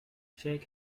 shake